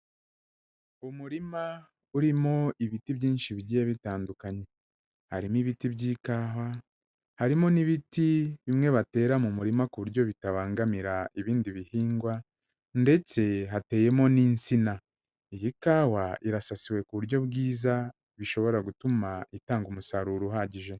Umurima urimo ibiti byinshi bigiye bitandukanye. Harimo ibiti by'ikawa, harimo n'ibiti bimwe batera mu murima ku buryo bitabangamira ibindi bihingwa ndetse hateyemo n'insina. Iyi kawa irasasiwe ku buryo bwiza bishobora gutuma itanga umusaruro uhagije.